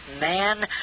man